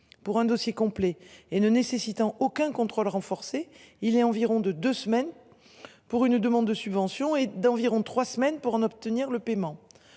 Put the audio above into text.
pour un dossier complet et ne nécessitant aucun contrôle renforcé. Il est environ de deux semaines. Pour une demande de subvention et d'environ 3 semaines pour obtenir le paiement